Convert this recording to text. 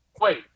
Wait